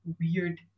weird